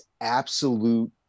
absolute